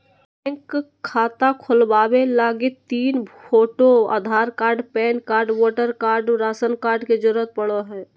bank खाता खोलबावे लगी तीन photo, Aadhaar card, PAN card, voter card, ration card के जरूरत पड़ो हय